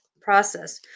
process